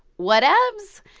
whatevs?